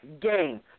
game